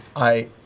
i